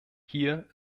hier